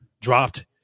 dropped